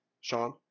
Sean